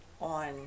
on